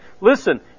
listen